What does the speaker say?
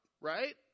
right